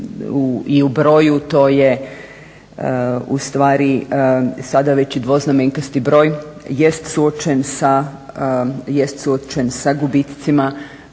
i u broju to je u stvari sada već i dvoznamenkasti broj jest suočen sa gubicima